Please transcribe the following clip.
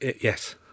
Yes